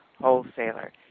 wholesaler